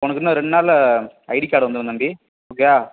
உனக்கு இன்னும் இரண்டு நாளில் ஐடி கார்டு வந்துடும் தம்பி ஓகேயா